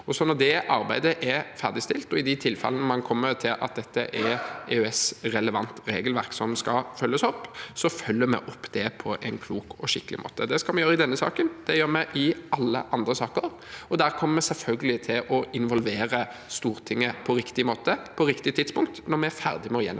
det arbeidet er ferdigstilt, og i de tilfellene man kommer til at dette er EØS-relevant regelverk som skal følges opp, følger vi det opp på en klok og skikkelig måte. Det skal vi gjøre i denne saken, det gjør vi i alle andre saker, og vi kommer selvfølgelig til å involvere Stortinget på riktig måte og på riktig tidspunkt når vi er ferdige med å gjennomføre